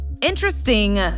interesting